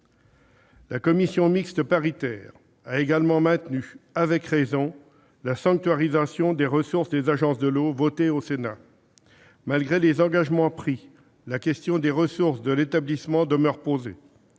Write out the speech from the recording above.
La commission mixte paritaire a également maintenu avec raison la sanctuarisation des ressources des agences de l'eau votée au Sénat. Malgré les engagements pris, la question des ressources de l'établissement demeure posée.